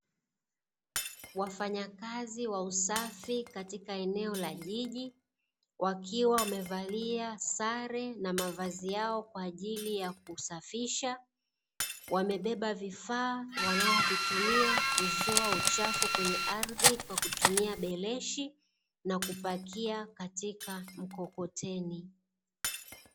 Wafanyakazi wa usafi katika eneo la jiji wakiwa wamevalia sare na mavazi yao kwa ajili ya kusafisha, wamebeba vifaa wanavyovitumia kuzoa uchafu kwenye ardhi kwa kutumia beleshi na kupakia katika mkokoteni.